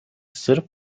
sırp